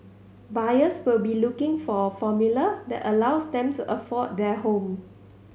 buyers will be looking for a formula that allows them to afford their home